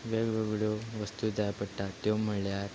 वेगवेगळ्यो वस्तू जाय पडटा त्यो म्हळ्यार